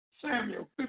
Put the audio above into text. Samuel